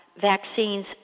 vaccines